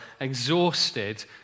exhausted